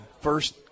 first